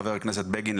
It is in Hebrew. חבר הכנסת בגין,